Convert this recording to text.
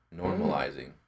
normalizing